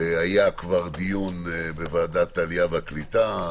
היה כבר דיון בוועדת העלייה והקליטה,